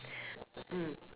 mm